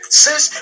sis